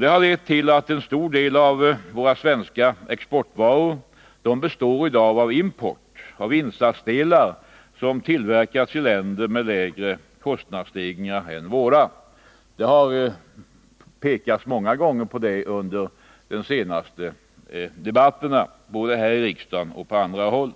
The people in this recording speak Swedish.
Det har lett till att en stor del av våra svenska exportvaror består av import, av insatsdelar, som tillverkats i länder med lägre kostnadsstegringar än våra. Detta har påpekats många gånger, både i riksdagen och på andra håll.